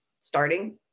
starting